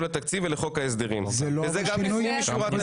לחוק התקציב ולחוק ההסדרים וזה גם לפנים משורת הדין.